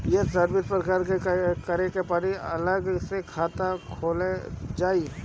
ये सर्विस प्राप्त करे के खातिर अलग से खाता खोलल जाइ?